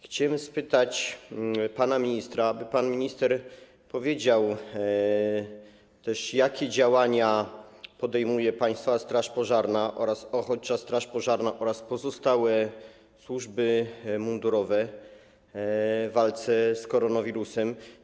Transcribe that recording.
Chciałbym spytać pana ministra, aby pan minister powiedział, jakie działania podejmują Państwowa Straż Pożarna, ochotnicza straż pożarna oraz pozostałe służby mundurowe w walce z koronawirusem.